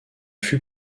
fut